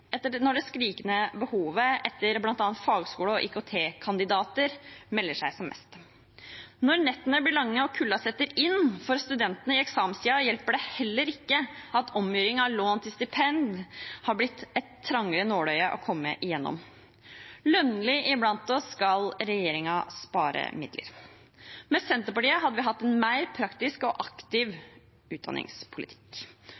når det skrikende behovet etter bl.a. fagskole- og IKT-kandidater melder seg som mest. Når nettene blir lange og kulda setter inn for studentene i eksamenstiden, hjelper det heller ikke at omgjøring av lån til stipend har blitt et trangere nåløye å komme igjennom. Lønnlig iblant oss skal regjeringen spare midler. Med Senterpartiet hadde vi hatt en mer praktisk og